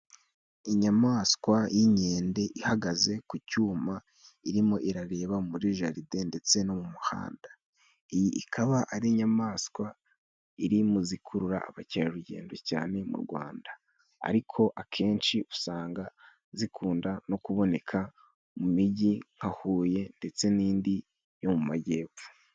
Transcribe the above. Inyamaswa y'inkende ihagaze ku cyuma irimo irareba muri jaride ndetse no mu umuhanda. Ikaba ari inyamaswa iri mu izikurura abakerarugendo cyane mu u Rwanda ariko akenshi usanga zikunda no kuboneka mu imijyi nka huye ndetse n'indi yo mu amajyepfo.